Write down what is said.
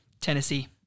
Tennessee